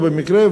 לא במקרה,